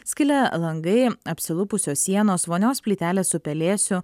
skilę langai apsilupusios sienos vonios plytelės su pelėsiu